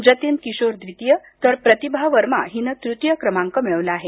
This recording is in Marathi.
जतीन किशोर द्वितीय तर प्रतिभा वर्मा हिनं तृतीय क्रमांक मिळवला आहे